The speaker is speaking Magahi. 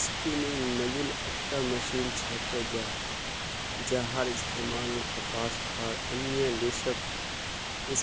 स्पिनिंग म्यूल एकटा मशीन छिके जहार इस्तमाल कपास आर अन्य रेशक